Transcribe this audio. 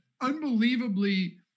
unbelievably